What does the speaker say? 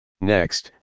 Next